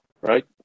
Right